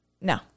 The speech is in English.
no